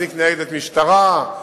להזעיק ניידת משטרה,